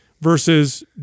versus